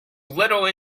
little